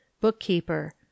Bookkeeper